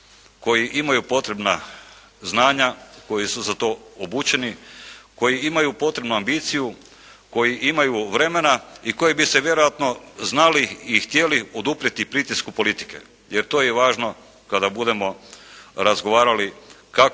koji imaju potrebna znanja, koji su za to obučeni, koji imaju potrebnu ambiciju, koji imaju vremena i koji bi se vjerojatno znali i htjeli oduprijeti pritisku politike, jer to je važno kada budemo razgovarali kako